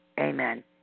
Amen